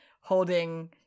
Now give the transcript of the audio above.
holding